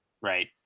right